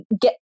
get